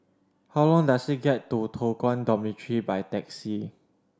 how long does it get to Toh Guan Dormitory by taxi